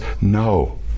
no